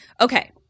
Okay